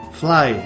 fly